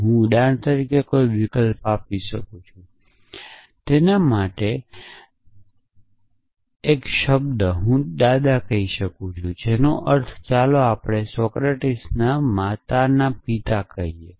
હું ઉદાહરણ તરીકે કોઈ વિકલ્પ આપી શકું તેના માટે મનસ્વી શબ્દ હું દાદા કહી શકું જેનો અર્થ ચાલો આપણે સોક્રેટીકની માતાના પિતા કહીએ